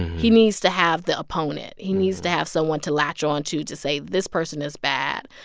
he needs to have the opponent. he needs to have someone to latch onto to say, this person is bad.